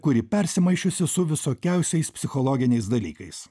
kuri persimaišiusi su visokiausiais psichologiniais dalykais